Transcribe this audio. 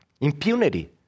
Impunity